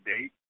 date